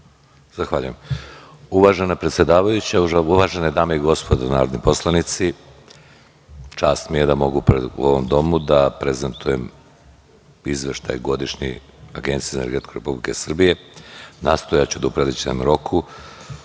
Zahvaljujem. Uvažena predsedavajuća, uvažene dame i gospodo narodni poslanici, čast mi je da mogu u ovom domu da prezentujem godišnji izveštaj Agencije za energetiku Republike Srbije. Nastojaću da u predviđenom roku